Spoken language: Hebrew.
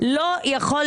לא הגיעו